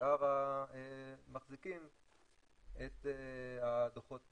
שאר המחזיקים את הדוחות